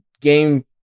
game